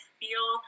feel